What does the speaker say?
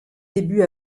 début